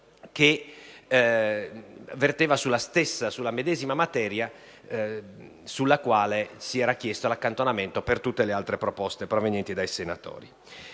che verteva sulla medesima materia sulla quale si era chiesto l'accantonamento per tutte le altre proposte provenienti dai senatori.